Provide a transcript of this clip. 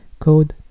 Code